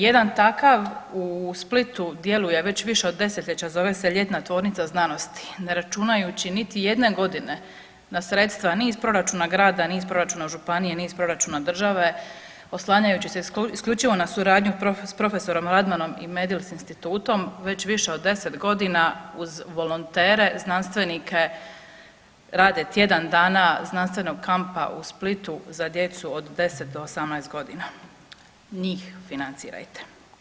Jedan takav u Splitu djeluje već više od desetljeća zove se „Ljetna tvornica znanosti“, ne računajući niti jedne godine na sredstva ni iz proračuna grada, ni iz proračuna županije, ni iz proračuna države oslanjajući se isključivo na suradnju s profesorom Radmanom i s MedILS institutom već više od 10 godina uz volontere znanstvenike rade tjedan dana znanstvenog kampa u Splitu za djecu od 10-18 godina, njih financirajte.